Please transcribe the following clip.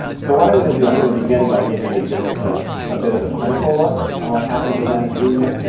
so what i'm going to do i'm going to begin by giving you just ah a bit of a clinical look on what happens with anesthesia.